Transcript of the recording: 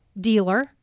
dealer